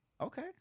Okay